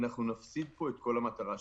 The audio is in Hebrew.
אנחנו נפסיד פה את כל המטרה שלה.